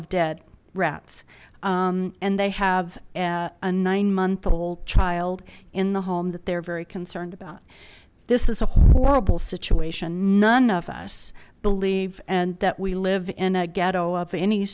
of dead rats and they have a nine month old child in the home that they're very concerned about this is a horrible situation none of us believe and that live in a ghetto of any